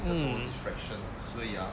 mm